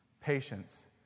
patience